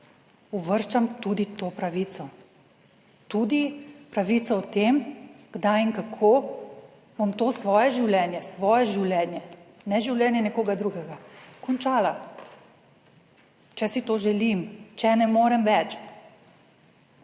uvrščam tudi to pravico. Tudi pravico o tem, kdaj in kako bom to svoje življenje, - svoje življenje, ne življenje nekoga drugega, - končala, če si to želim, če ne morem več.